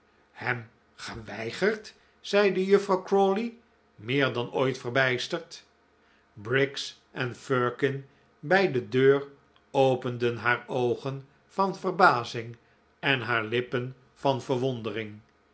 hem geweigerd zeide juffrouw crawley meer dan ooit verbijsterd briggs en firkin bij de deur openden haar oogen van verbazing en haar lippen van verwondering